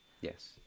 yes